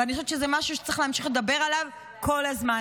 ואני חושבת שזה משהו שצריך להמשיך לדבר עליו כל הזמן,